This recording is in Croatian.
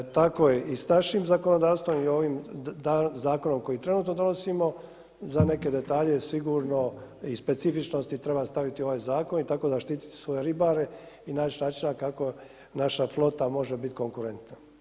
Tako i s našim zakonodavstvom, i ovim zakonom koji trenutno donosimo, za neke detalje sigurno i specifičnosti treba staviti ovaj zakon i tako zaštitit svoje ribare i naći načina kako naša flota može biti konkurentna.